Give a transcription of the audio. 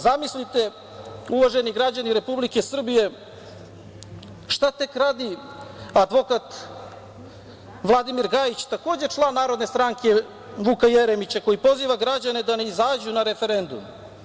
Zamislite, uvaženi građani Republike Srbije, šta tek radi advokat Vladimir Gajić, takođe član Narodne stranke Vuka Jeremića, koji poziva građane da ne izađu na referendum.